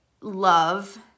love